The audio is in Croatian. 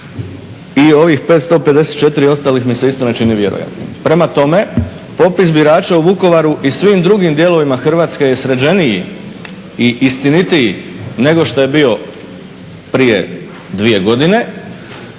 I ovih 554 ostalih mi se isto ne čini vjerojatnim. Prema tome, popis birača u Vukovaru i svim drugim dijelovima Hrvatske je sređeniji i istinitiji nego što je bio prije 2 godine,